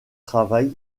travail